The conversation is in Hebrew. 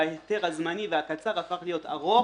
וההיתר הזמני והקצר הפך להיות ארוך